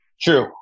True